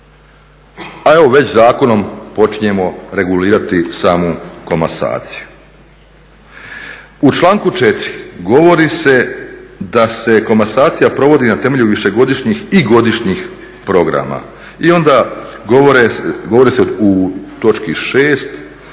a evo već zakonom počinjemo regulirati samu komasaciju. U članku 4. govori se da se komasacija provodi na temelju višegodišnjih i godišnjih programa i onda govori se u točki 6.